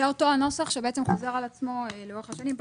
זה אותו הנוסח שחוזר על עצמו לאורך השנים?